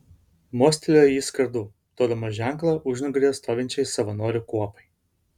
mostelėjo jis kardu duodamas ženklą užnugaryje stovinčiai savanorių kuopai